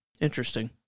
interesting